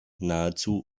nahezu